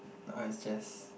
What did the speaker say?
now it's just